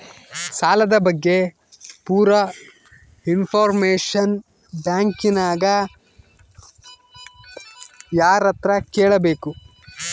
ಸಾಲದ ಬಗ್ಗೆ ಪೂರ ಇಂಫಾರ್ಮೇಷನ ಬ್ಯಾಂಕಿನ್ಯಾಗ ಯಾರತ್ರ ಕೇಳಬೇಕು?